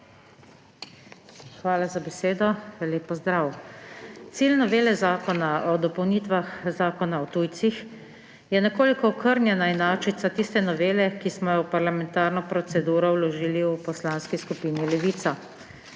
Hvala za besedo. Lep pozdrav! Cilj novele zakona o dopolnitvi Zakona o tujcih je nekoliko okrnjena enačica tiste novele, ki smo jo v parlamentarno proceduro vložili v Poslanski skupini Levica.